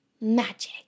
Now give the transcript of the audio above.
magic